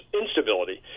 instability